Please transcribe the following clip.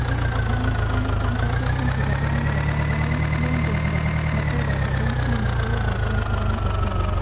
ការបាត់បង់ការចង់តស៊ូក្នុងជីវិត ច្រើនតែកើតឡើងលឿនជាងមុន នៅពេលដែលបេះដូងគ្មានបង្គោលដែលត្រូវតោងប្រជែង។